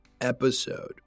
episode